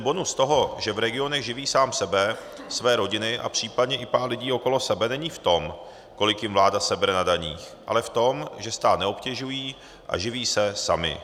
Bonus toho, že v regionech živí sám sebe, své rodiny a případně i pár lidí okolo sebe, není v tom, kolik jim vláda sebere na daních, ale v tom, že stát neobtěžují a živí se sami.